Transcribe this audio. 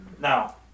Now